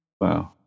Wow